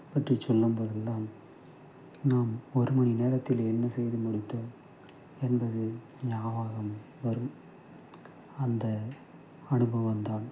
அவற்றை சொல்லும் போதெல்லாம் தும் ஒரு மணி நேரத்தில் என்ன செய்து முடித்தோம் என்பது நியாபகம் வரும் அந்த அனுபவம் தான்